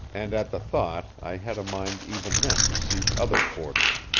and at the thought i had a mind even then to seek other quarters.